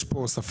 יש פה הוספה,